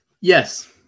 Yes